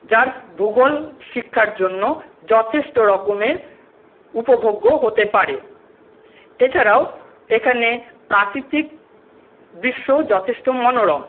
যার ভূগোল শিক্ষার জন্য যথেষ্ট রকমের উপভোগ্য হতে পারে এছাড়াও এখানে প্রাকৃতিক দৃশ্যও যথেষ্ট মনোরম